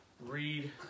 read